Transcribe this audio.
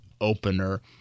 opener